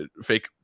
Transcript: fake